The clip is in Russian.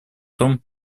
том